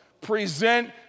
Present